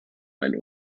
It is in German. mein